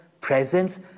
presence